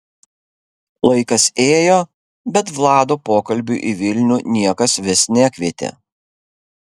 laikas ėjo bet vlado pokalbiui į vilnių niekas vis nekvietė